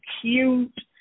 cute